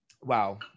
Wow